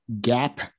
gap